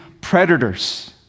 predators